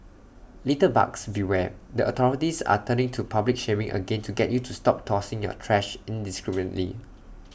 litterbugs beware the authorities are turning to public shaming again to get you to stop tossing your trash indiscriminately